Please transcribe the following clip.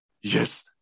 Yes